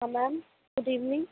हाँ ma'am good evening